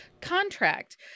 contract